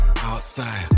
outside